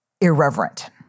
irreverent